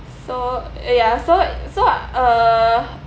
so ya so so uh